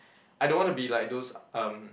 I don't want be like those um